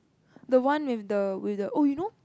the one with the with the oh you know